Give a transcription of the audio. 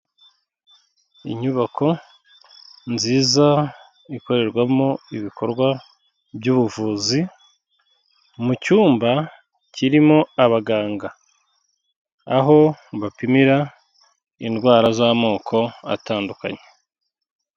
Inyubako nziza ikorerwamo ibikorwa by'ubuvuzi, mu cyumba kirimo abaganga, aho bapimira indwara z'amoko atandukanye.